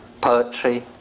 poetry